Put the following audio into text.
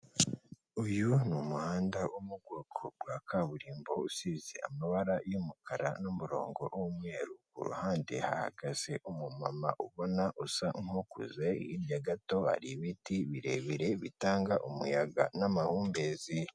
Uyu ni umuhanda wo mu bwoko bwa kaburimbo usize amabara y'umukara n'umurongo w'umweru, ku ruhande hahagaze umumama ubona usa nkukuze, hirya gato hari ibiti birebire bitanga umuyaga n'amahumbezi.